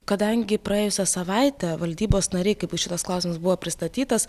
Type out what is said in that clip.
kadangi praėjusią savaitę valdybos nariai kaip šitas klausimas buvo pristatytas